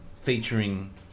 featuring